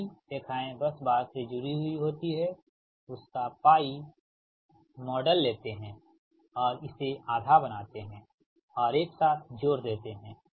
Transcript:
जो भी रेखाएं बस बार से जुड़ी हुई होती हैं उसका पाई मॉडल लेते हैं और इसे आधा बनाते हैऔर एक साथ जोड़ देते हैं